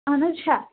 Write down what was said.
اہن حظ چھےٚ